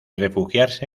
refugiarse